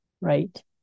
right